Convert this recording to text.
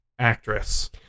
Actress